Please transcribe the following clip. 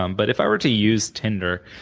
um but if i were to use tinder,